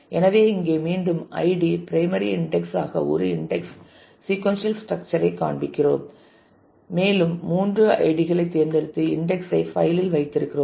எனவே இங்கே மீண்டும் ஐடி பிரைமரி இன்டெக்ஸ் ஆக ஒரு இன்டெக்ஸ் சீக்கொன்சியல் ஸ்ட்ரக்சர் ஐ காண்பிக்கிறோம் மேலும் மூன்று ஐடிகளைத் தேர்ந்தெடுத்து இன்டெக்ஸ் ஐ பைல் இல் வைத்திருக்கிறோம்